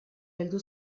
heldu